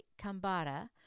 Kambada